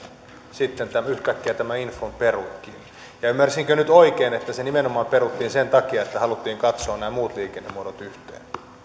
sitten yhtäkkiä tämän infon peruikin ja ymmärsinkö nyt oikein että se nimenomaan peruttiin sen takia että haluttiin katsoa nämä muut liikennemuodot yhteen